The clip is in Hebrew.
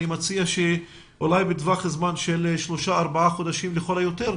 אני מציע שאולי בטווח זמן של שלושה-ארבעה חודשים לכל היותר,